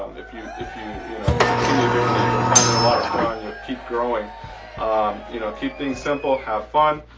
um if you, if you, you know you continue doing it you'll find it a lot of fun. you'll keep growing you know, keep things simple have fun!